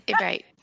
Right